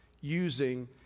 using